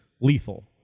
lethal